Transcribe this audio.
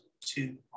two